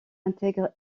intègre